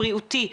הבריאותי,